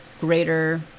greater